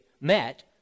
met